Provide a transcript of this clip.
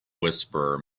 whisperer